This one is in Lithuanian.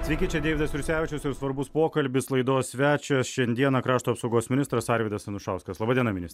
sveiki čia deividas jursevičius ir svarbus pokalbis laidos svečias šiandieną krašto apsaugos ministras arvydas anušauskas laba diena ministre